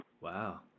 Wow